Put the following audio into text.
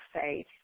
faith